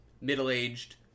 middle-aged